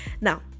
Now